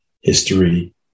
history